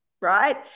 right